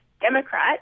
Democrat